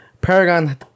Paragon